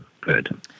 Good